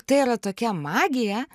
tai yra tokia magija